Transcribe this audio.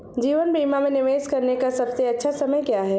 जीवन बीमा में निवेश करने का सबसे अच्छा समय क्या है?